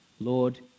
Lord